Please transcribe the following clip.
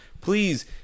Please